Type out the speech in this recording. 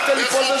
בדברים אחרים.